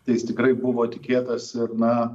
tai jis tikrai buvo tikėtas ir na